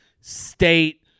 state